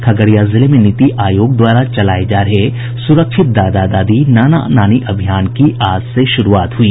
खगड़िया जिले में नीति आयोग द्वारा चलाये जा रहे सुरक्षित दादा दादी नाना नानी अभियान की आज से शुरूआत हुई